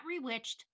rewitched